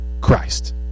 Christ